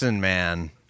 man